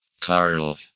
Carl